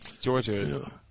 Georgia